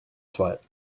sweat